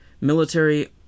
military